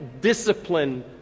discipline